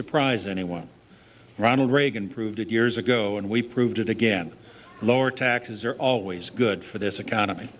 surprise anyone ronald reagan proved it years ago and we proved it again lower taxes are always good for this economy